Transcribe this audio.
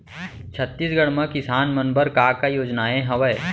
छत्तीसगढ़ म किसान मन बर का का योजनाएं हवय?